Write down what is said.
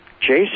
Jason